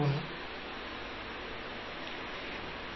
1